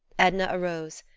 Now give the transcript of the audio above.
edna arose,